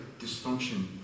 dysfunction